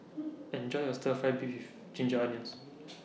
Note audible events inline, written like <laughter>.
<noise> Enjoy your Stir Fry Beef with Ginger Onions